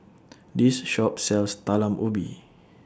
This Shop sells Talam Ubi